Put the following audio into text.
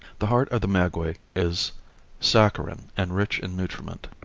the heart of the maguey is saccharine and rich in nutriment.